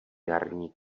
jarní